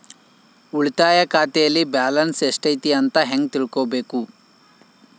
ಉಳಿತಾಯ ಖಾತೆಯಲ್ಲಿ ಬ್ಯಾಲೆನ್ಸ್ ಎಷ್ಟೈತಿ ಅಂತ ಹೆಂಗ ತಿಳ್ಕೊಬೇಕು?